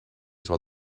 while